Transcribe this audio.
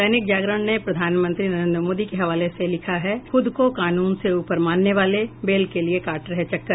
दैनिक जागरण ने प्रधानमंत्री नरेन्द्र मोदी के हवाले से लिखा है खुद को कानून से ऊपर मानने वाले बेल के लिए काट रहे चक्कर